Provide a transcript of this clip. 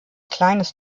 kleines